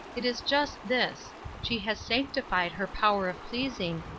it is just this she has sanctified her power of pleasing,